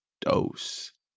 dose